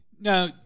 Now